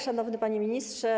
Szanowny Panie Ministrze!